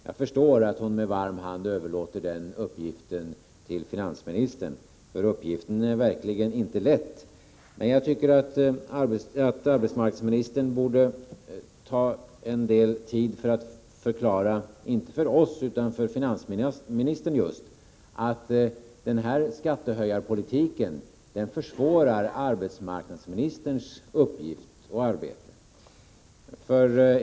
Jag förstår att hon med varm hand överlåter detta till finansministern, för uppgiften är verkligen inte lätt. Jag tycker att arbetsmarknadsministern borde ta en del tid i anspråk för att förklara, inte för oss utan just för finansministern att den här skattehöjarpolitiken försvårar arbetsmarknadsministerns uppgift och arbete.